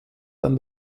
dann